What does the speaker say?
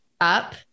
up